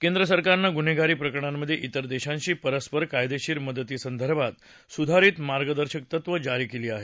केंद्रसरकारनं गुन्हेगारी प्रकरणांमध्ये इतर देशांशी परस्पर कायदेशीर मदतीसंदर्भात सुधारित मार्गदर्शक तत्वं जारी केली आहेत